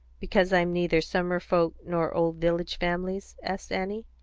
because i'm neither summer folks nor old village families? asked annie.